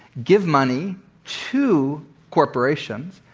give money to corporations.